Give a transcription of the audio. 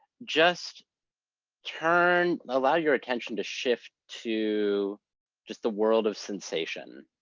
just turn, allow your attention to shift to just the world of sensation.